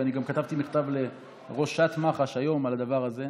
ואני גם כתבתי מכתב לראשת מח"ש היום על הדבר הזה,